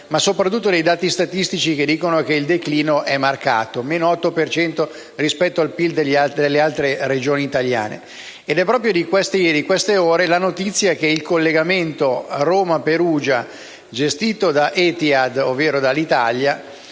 ma soprattutto ci sono dati statistici che testimoniano di un declino marcato: -8 per cento rispetto al PIL delle altre Regioni italiane. È proprio di queste ore la notizia che il collegamento Roma-Perugia gestito da Etihad, ovvero da Alitalia,